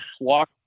walk